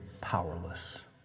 powerless